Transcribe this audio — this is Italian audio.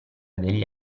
degli